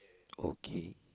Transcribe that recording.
okay